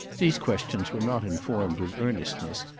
these questions were not informed with earnestness,